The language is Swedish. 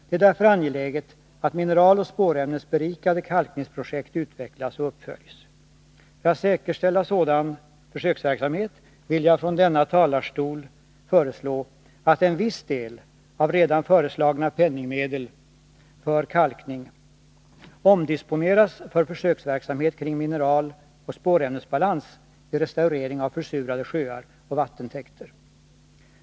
Det är därför angeläget att mineraloch spårämnesberikade kalkningsprojekt utvecklas och uppföljs. För att säkerställa sådan försöksverksamhet vill jag från denna talarstol föreslå att viss del av redan föreslagna penningmedel för kalkning omdisponeras till försöksverksamhet kring mineraloch spårämnesbalans vid restaurering av försurade sjöar och vattentäkter.